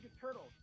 Turtles